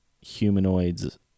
humanoids